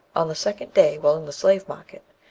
on the second day, while in the slave-market,